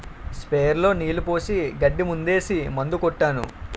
sprayer లో నీళ్లు పోసి గడ్డి మందేసి మందు కొట్టాను